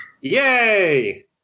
Yay